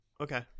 Okay